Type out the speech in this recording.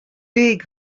big